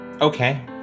okay